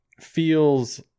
feels